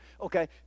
Okay